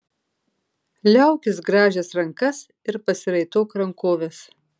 liaukis grąžęs rankas ir pasiraitok rankoves